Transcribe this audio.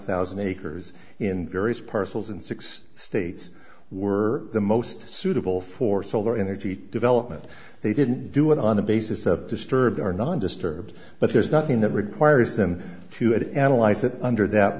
thousand acres in various parcels in six states were the most suitable for solar energy development they didn't do it on the basis of disturbed or non disturbed but there's nothing that requires them to at analyze that under that